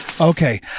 Okay